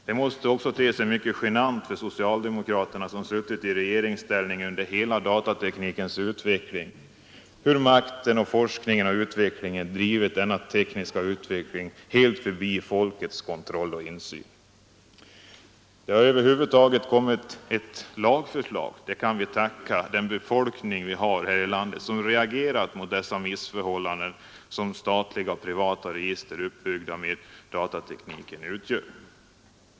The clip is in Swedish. Det måste också te sig genant för socialdemokraterna, som suttit i regeringsställning under hela datateknikens utveckling, att se hur makten över forskning och utveckling drivit denna tekniska utveckling helt förbi folkets kontroll och insyn. Att det över huvud taget kommit ett lagförslag får vi tacka hela befolkningen i det här landet för som reagerat mot de missförhållanden som statliga och privata register uppbyggda med datatekniken utgör.